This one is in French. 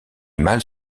mâles